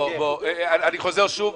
בואו, בואו, אני חוזר שוב,